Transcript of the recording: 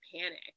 panic